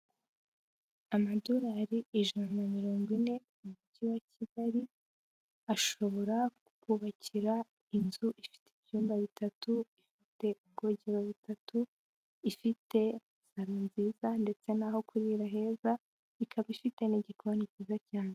Amadolari ijana na mirongo ine, mu Mujyi wa Kigali ashobora kubakira inzu ifite ibyumba bitatu, ifite ubwogero butatu, ifite salo nziza ndetse n'aho kurira heza, ikaba ifite n'igikoni cyiza cyane.